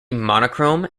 monochrome